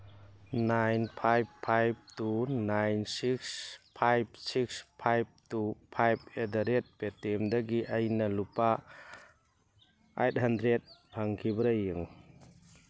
nine five five two nine six five six five two five at the rate Paytm ꯗꯒꯤ ꯑꯩꯅ ꯂꯨꯄꯥ eight hundred ꯐꯪꯈꯤꯕ꯭ꯔꯥ ꯌꯦꯡꯉꯨ